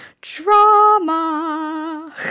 drama